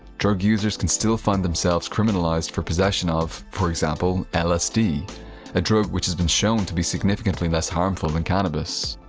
drug users can still find themselves criminalized for possession of, for example, lsd a drug which has been shown to be significantly less harmful than cannabis.